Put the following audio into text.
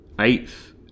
eighth